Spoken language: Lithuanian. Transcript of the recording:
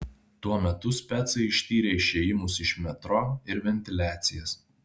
tuo metu specai ištyrė išėjimus iš metro ir ventiliacijas